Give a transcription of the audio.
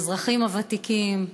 האזרחים הוותיקים,